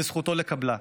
וזכותו לקבלה,